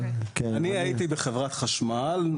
אני הייתי בחברת חשמל,